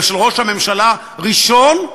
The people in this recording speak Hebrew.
ושל ראש הממשלה הראשון,